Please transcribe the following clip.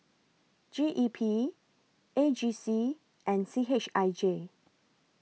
G E P A G C and C H I J